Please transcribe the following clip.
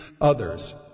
others